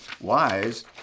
wise